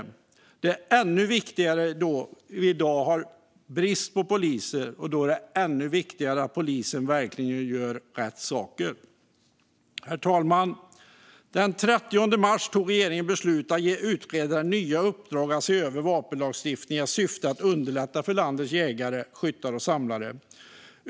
Detta är ännu viktigare då vi i dag har brist på poliser. Då är det förstås ännu viktigare att polisen verkligen gör rätt saker. Herr talman! Den 30 mars fattade regeringen beslut om att ge utredaren nya uppdrag att se över vapenlagstiftningen i syfte att underlätta för landets jägare, skyttar och samlare.